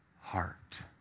heart